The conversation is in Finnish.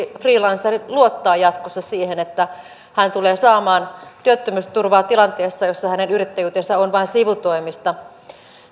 freelancer luottaa jatkossa siihen että hän tulee saamaan työttömyysturvaa tilanteessa jossa hänen yrittäjyytensä on vain sivutoimista